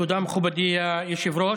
תודה, מכובדי היושב-ראש.